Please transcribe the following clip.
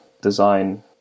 design